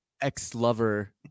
ex-lover